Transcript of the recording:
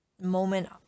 moment